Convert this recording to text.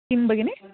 किं भगिनि